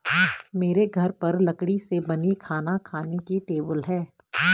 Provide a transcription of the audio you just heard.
मेरे घर पर लकड़ी से बनी खाना खाने की टेबल है